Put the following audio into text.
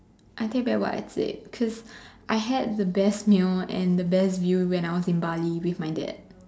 I take back what I said cause I had the best meal and the best view when I was in Bali with my dad